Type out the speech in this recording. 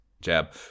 Jab